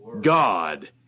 God